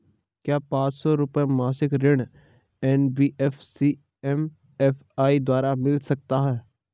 क्या पांच सौ रुपए मासिक ऋण एन.बी.एफ.सी एम.एफ.आई द्वारा मिल सकता है?